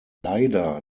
leider